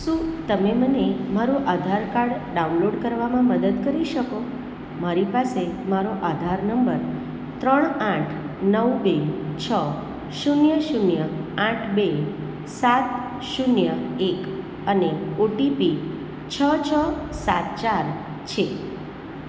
શું તમે મને મારું આધાર કાર્ડ ડાઉનલોડ કરવામાં મદદ કરી શકો મારી પાસે મારો આધાર નંબર ત્રણ આઠ નવ બે છ શૂન્ય શૂન્ય આઠ બે સાત શૂન્ય એક અને ઓટીપી છ છ સાત ચાર છે